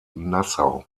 nassau